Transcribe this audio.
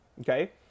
okay